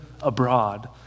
abroad